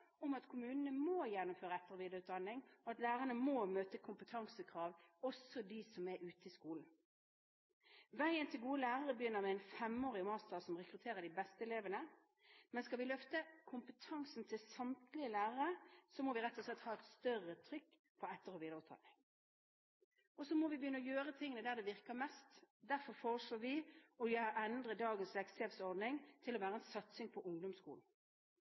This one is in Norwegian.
om at kommunene må gjennomføre etter- og videreutdanning, og at lærerne må møte kompetansekrav, også de som er ute i skolen. Veien til gode lærere begynner med en femårig mastergrad, som rekrutterer de beste elevene, men skal vi løfte kompetansen til samtlige lærere, må vi rett og slett ha et større trykk på etter- og videreutdanning. Så må vi begynne å gjøre tingene der det virker mest. Derfor foreslår vi å endre dagens leksehjelpsordning til å bli en satsing på ungdomsskolen.